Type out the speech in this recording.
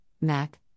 Mac